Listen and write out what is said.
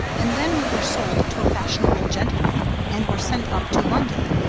and then we were sold to a fashionable gentleman, and were sent up to london.